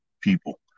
people